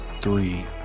Three